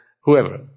whoever